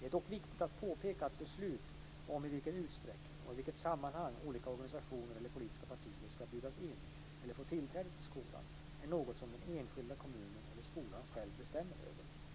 Det är dock viktigt att påpeka att beslut om i vilken utsträckning och i vilket sammanhang olika organisationer eller politiska partier ska bjudas in eller få tillträde till skolan är något som den enskilda kommunen eller skolan själv bestämmer över.